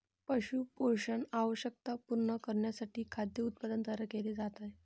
पशु पोषण आवश्यकता पूर्ण करण्यासाठी खाद्य उत्पादन तयार केले जाते